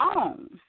own